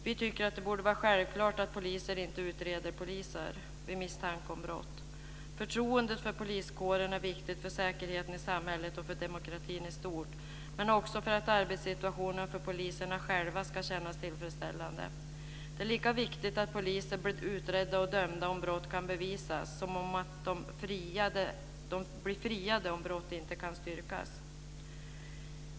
Vi tycker att det borde vara självklart att poliser inte utreder poliser vid misstanke om brott. Förtroendet för poliskåren är viktigt för säkerheten i samhället och för demokratin i stort, men också för att arbetssituationen för poliserna själva ska kännas tillfredsställande. Det är lika viktigt att poliser blir utredda och dömda om brott kan bevisas som att de blir friade om brott inte kan styrkas.